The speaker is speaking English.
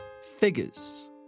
figures